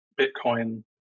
Bitcoin